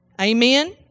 Amen